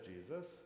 Jesus